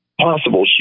possible